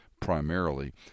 primarily